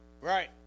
Right